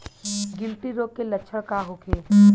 गिल्टी रोग के लक्षण का होखे?